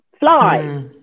Fly